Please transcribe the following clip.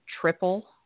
triple